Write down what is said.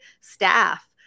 staff